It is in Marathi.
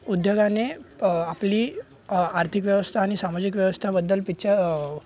उद्योगाने आपली आर्थिक व्यवस्था आणि सामाजिक व्यवस्थाबद्दल पिच्च